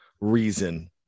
reason